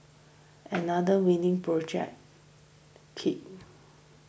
another winning project kit